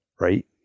right